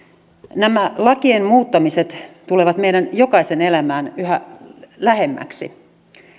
nämä lakien muuttamiset tulevat meidän jokaisen elämään yhä lähemmäksi